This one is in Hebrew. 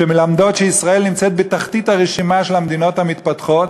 שמלמדים שישראל נמצאת בתחתית הרשימה של המדינות המתפתחות,